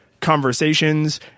conversations